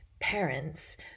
parents